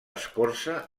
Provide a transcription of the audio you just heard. escorça